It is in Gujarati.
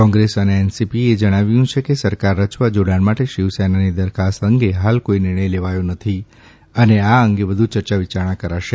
કોંગ્રેસ અને એનસીપી એ જણાવ્યું છે કે સરકાર રચવા જોડાણ માટે શિવસેનાની દરખાસ્ત અંગે હાલ કોઇ નિર્ણય લેવાયો નથી અને આ અંગે વધુ ચર્ચા વિયારણા કરાશે